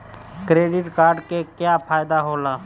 Credit card के का फायदा होला?